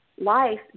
life